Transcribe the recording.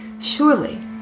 Surely